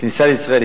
כניסה לישראל,